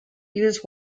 use